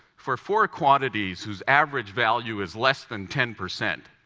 for four quantities whose average value is less than ten percent,